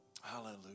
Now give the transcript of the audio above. Hallelujah